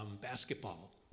basketball